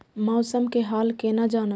मौसम के हाल केना जानब?